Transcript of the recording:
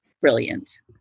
brilliant